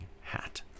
hat